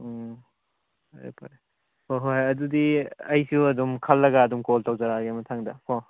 ꯎꯝ ꯐꯔꯦ ꯐꯔꯦ ꯍꯣꯏ ꯍꯣꯏ ꯑꯗꯨꯗꯤ ꯑꯩꯁꯨ ꯑꯗꯨꯝ ꯈꯜꯂꯒ ꯑꯗꯨꯝ ꯀꯣꯜ ꯇꯧꯖꯔꯛꯑꯒꯦ ꯃꯊꯪꯗꯀꯣ